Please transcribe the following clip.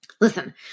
Listen